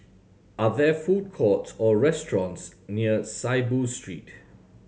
are there food courts or restaurants near Saiboo Street